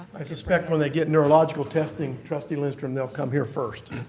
i suspect when they get neurological testing, trustee lindstrom they'll come here first.